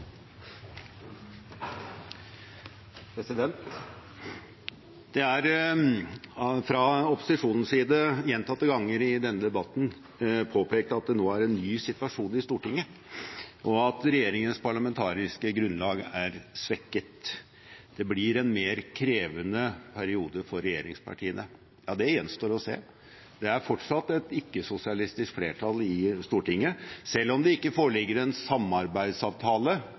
fra opposisjonens side gjentatte ganger i denne debatten påpekt at det nå er en ny situasjon i Stortinget, at regjeringens parlamentariske grunnlag er svekket, og at det blir en mer krevende periode for regjeringspartiene. Ja, det gjenstår å se. Det er fortsatt et ikke-sosialistisk flertall i Stortinget, selv om det ikke foreligger en samarbeidsavtale